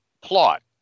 plot